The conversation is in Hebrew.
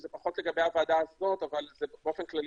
שהוא פחות לגבי הוועדה הזאת אבל באופן כללי.